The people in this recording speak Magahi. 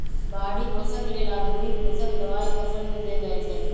बाहरि पोषक लेल आधुनिक पोषक दबाई फसल में देल जाइछइ